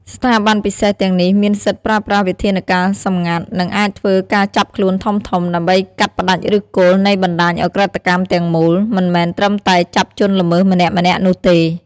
ស្ថាប័នពិសេសទាំងនេះមានសិទ្ធិប្រើប្រាស់វិធានការសម្ងាត់ និងអាចធ្វើការចាប់ខ្លួនធំៗ ដើម្បីកាត់ផ្តាច់ឫសគល់នៃបណ្តាញឧក្រិដ្ឋកម្មទាំងមូល មិនមែនត្រឹមតែចាប់ជនល្មើសម្នាក់ៗនោះទេ។